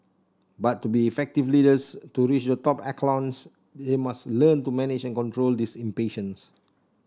but to be effective leaders to reach the top echelons they must learn to manage and control this impatience